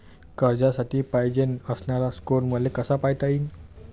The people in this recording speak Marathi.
कर्जासाठी पायजेन असणारा स्कोर मले कसा पायता येईन?